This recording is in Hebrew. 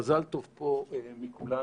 מזל טוב פה מכולנו.